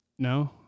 No